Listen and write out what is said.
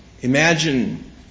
Imagine